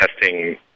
testing